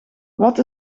wat